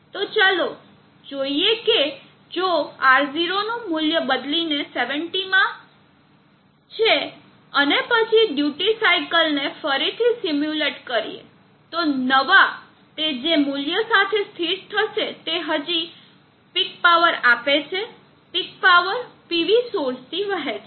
તો ચાલો જોઈએ કે જો R0 મૂલ્યને 70 માં બદલીએ અને પછી ડ્યુટી સાઇકલ ને ફરીથી સિમ્યુલેટ કરીએ તો નવા તે જે મૂલ્ય સાથે સ્થિર થશે તે હજી પીક પાવર આપે છે પીક પાવર PV સોર્સ થી વહે છે